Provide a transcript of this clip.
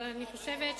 הוא פה,